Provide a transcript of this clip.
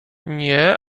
nie